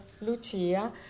Lucia